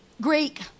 Greek